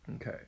okay